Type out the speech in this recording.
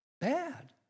bad